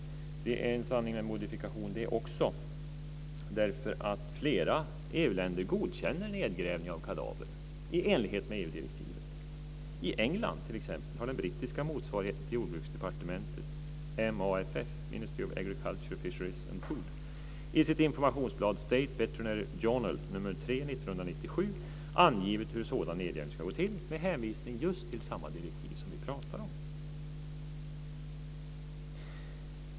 Det är också en sanning med modifikation, därför att flera EU-länder godkänner nedgrävning av kadaver i enlighet med EU-direktivet. I England har den brittiska motsvarigheten till State Veterinary Journal, nr 3 1997, angivit hur sådan nedgrävning ska gå till med hänvisning just till samma direktiv som vi pratar om.